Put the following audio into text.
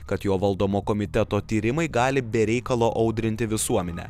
kad jo valdomo komiteto tyrimai gali be reikalo audrinti visuomenę